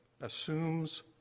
assumes